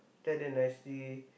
tell them nicely